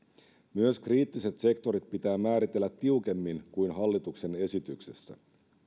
myös kriittiset sektorit pitää määritellä tiukemmin kuin hallituksen esityksessä